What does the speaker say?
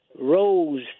rose